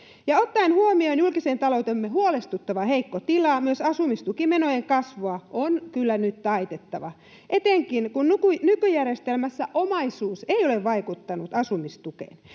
ottaen huomioon julkisen taloutemme huolestuttavan heikon tilan myös asumistukimenojen kasvua on kyllä nyt taitettava, etenkin kun nykyjärjestelmässä omaisuus ei ole vaikuttanut asumistukeen.